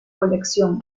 colección